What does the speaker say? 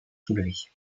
soulevées